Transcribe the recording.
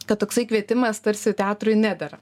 kad toksai kvietimas tarsi teatrui nedera